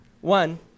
one